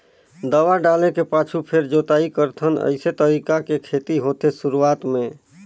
दवा डाले के पाछू फेर जोताई करथन अइसे तरीका के खेती होथे शुरूआत में